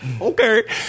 okay